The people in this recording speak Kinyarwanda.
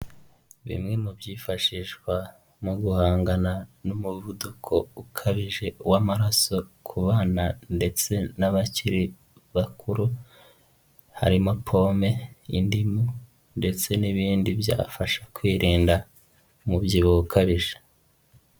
Bimwe mu byifashishwa mu guhangana n'umuvuduko ukabije w'amaraso ku bana ndetse n'abakiri bakuru harimo pome n'indimu ndetse n'ibindi byafasha kwirinda umubyibuho ukabije.